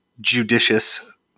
judicious